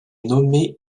nommé